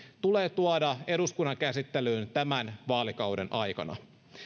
tulee tuoda eduskunnan käsittelyyn tämän vaalikauden aikana